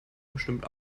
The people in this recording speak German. bestimmt